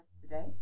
today